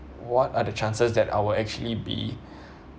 what are the chances that I will actually be